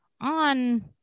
on